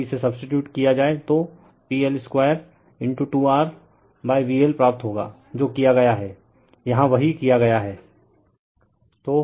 यदि इसे सब्सटीटयूट किया जाए तो PL22 R VL प्राप्त होगा जो किया गया है यहाँ वही किया गया है